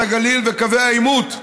את הגליל וקווי העימות.